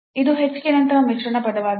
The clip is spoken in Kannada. ಇದು hk ನಂತಹ ಮಿಶ್ರಣ ಪದವಾಗಿದೆ